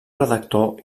redactor